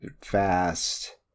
fast